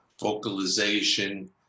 vocalization